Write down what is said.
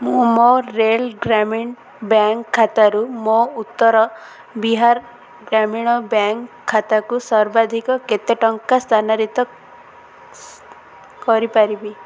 ମୁଁ ମୋର ରେଲ୍ ଗ୍ରାମୀନ ବ୍ୟାଙ୍କ୍ ଖାତାରୁ ମୋ ଉତ୍ତର ବିହାର ଗ୍ରାମୀଣ ବ୍ୟାଙ୍କ୍ ଖାତାକୁ ସର୍ବାଧିକ କେତେ ଟଙ୍କା ସ୍ଥାନରିତ କରିପାରିବି